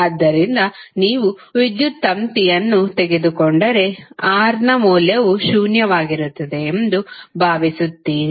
ಆದ್ದರಿಂದ ನೀವು ವಿದ್ಯುತ್ ತಂತಿಯನ್ನು ತೆಗೆದುಕೊಂಡರೆ R ನ ಮೌಲ್ಯವು ಶೂನ್ಯವಾಗಿರುತ್ತದೆ ಎಂದು ನೀವು ಭಾವಿಸುತ್ತೀರಿ